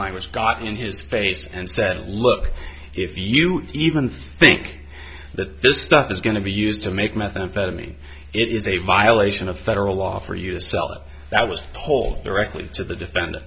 language got in his face and said look if you even think that this stuff is going to be used to make methamphetamine it is a violation of federal law for you to sell it that was whole directly to the defendant